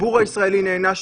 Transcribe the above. הציבור הישראלי נענש,